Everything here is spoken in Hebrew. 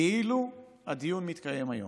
כאילו הדיון מתקיים היום,